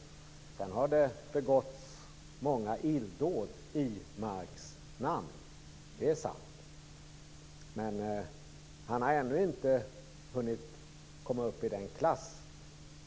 Att det sedan har begåtts många illdåd i Marx namn är sant, men de har ännu inte hunnit komma upp i klass